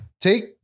Take